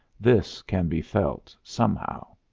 this can be felt, somehow.